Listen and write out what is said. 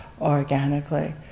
organically